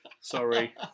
sorry